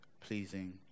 pleasing